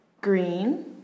green